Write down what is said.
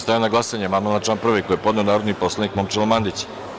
Stavljam na glasanje amandman na član 1. koji je podneo narodni poslanik Momčilo Mandić.